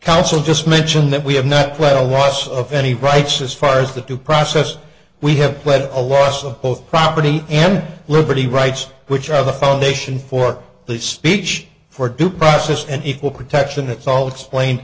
council just mentioned that we have not played a loss of any rights as far as the due process we have led a loss of both property and liberty rights which are the foundation for speech for due process and equal protection it's all explain